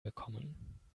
bekommen